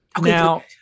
Now